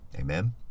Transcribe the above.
Amen